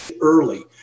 early